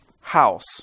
house